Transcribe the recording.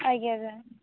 ଆଜ୍ଞା ସାର୍